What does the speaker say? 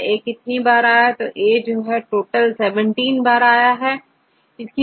1 2 3 4 4 time AA total 17 बाहर है